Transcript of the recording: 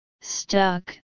Stuck